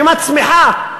שמצמיחה,